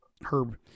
Herb